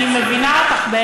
אני מבינה אותך,